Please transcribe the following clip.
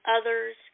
others